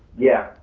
yeah,